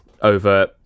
over